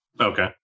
Okay